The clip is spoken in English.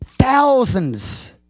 Thousands